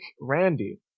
Randy